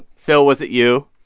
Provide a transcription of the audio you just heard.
phil, was it you?